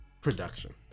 production